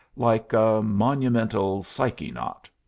like a monumental psyche-knot.